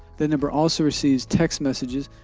that number also receives text messages.